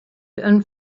and